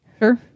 sure